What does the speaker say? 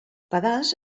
pedals